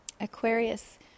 Aquarius